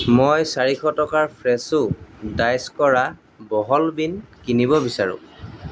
মই চাৰিশ টকাৰ ফ্ৰেছো ডাইচ কৰা বহল বীণ কিনিব বিচাৰোঁ